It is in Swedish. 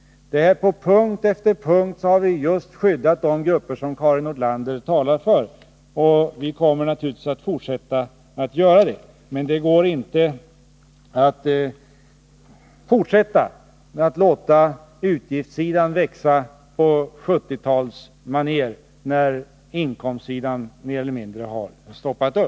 På punkt efter punkt har vi skyddat just de grupper som Karin Nordlander talar för, och vi kommer naturligtvis att fortsätta att göra det. Men det går inte att låta utgiftssidan växa på 1970-talsmanér, när inkomstökningarna mer eller mindre har upphört.